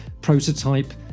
prototype